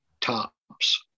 tops